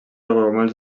aiguamolls